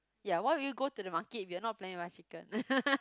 ya why would you go to the market if you're not planning to buy chicken